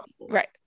right